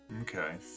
Okay